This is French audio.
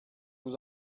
vous